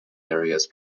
areas